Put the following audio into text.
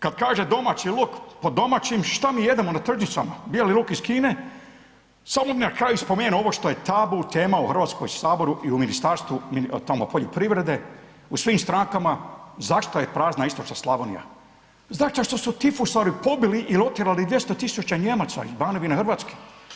Kad kaže domaći luk, pod domaćim šta mi jedemo na tržnicama, bijeli luk iz Kine, samo bih na kraju spomenuo ovo što je tabu tema u Hrvatskom saboru i u Ministarstvu tamo poljoprivredne, u svim strankama, zašto je prazna istočna Slavonija, zato što su tifusari pobili il otjerali 200.000 Nijemaca iz Banovine Hrvatske.